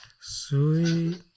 Sweet